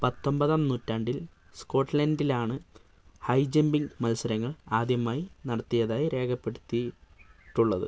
പത്തൊമ്പതാം നൂറ്റാണ്ടിൽ സ്കോട്ട്ലൻഡിലാണ് ഹൈ ജമ്പിംഗ് മത്സരങ്ങൾ ആദ്യമായി നടത്തിയതായി രേഖപ്പെടുത്തിയിട്ടുള്ളത്